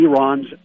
Iran's